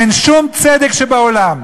אין שום צדק בעולם,